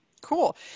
Cool